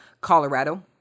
Colorado